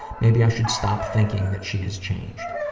maybe i should stop thinking that she has changed.